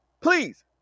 please